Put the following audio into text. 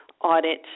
audit